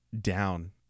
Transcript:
down